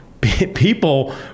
people